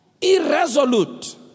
irresolute